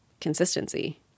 consistency